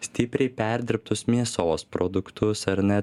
stipriai perdirbtus mėsos produktus ar ne